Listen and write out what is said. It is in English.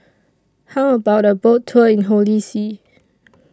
How about A Boat Tour in Holy See